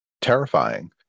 terrifying